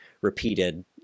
repeated